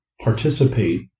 participate